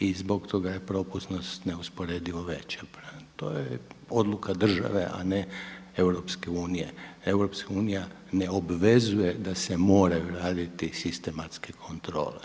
i zbog toga je propusnost neusporedivo veća. To je odluka države a ne EU. EU ne obvezuje da se moraju raditi sistematske kontrole.